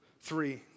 three